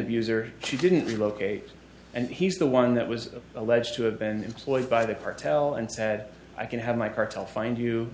abuser she didn't relocate and he's the one that was alleged to have been employed by the cartel and said i can have my cartel find you